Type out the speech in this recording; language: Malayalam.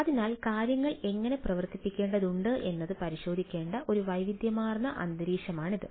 അതിനാൽ കാര്യങ്ങൾ എങ്ങനെ പ്രവർത്തിപ്പിക്കേണ്ടതുണ്ട് എന്നത് പരിശോധിക്കേണ്ട ഒരു വൈവിധ്യമാർന്ന അന്തരീക്ഷമാണിത്